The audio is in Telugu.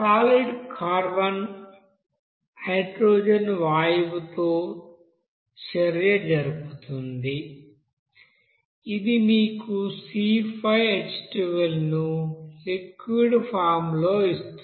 సాలిడ్ కార్బన్ హైడ్రోజన్ వాయువుతో చర్య జరుపుతుంది ఇది మీకు C5H12 ను క్విడ్ ఫామ్ లో ఇస్తుంది